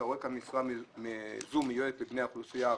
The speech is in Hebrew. אתה רואה כאן משרה שמיועדת לבני האוכלוסייה הערבית,